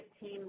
team